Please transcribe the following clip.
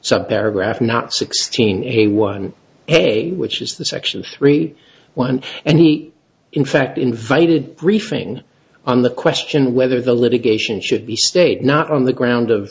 some paragraph not sixteen a one a which is the section three one and he in fact invited briefing on the question whether the litigation should be stayed not on the ground of